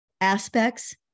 aspects